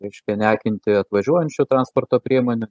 reiškia neakinti atvažiuojančių transporto priemonių